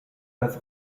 das